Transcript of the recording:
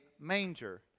manger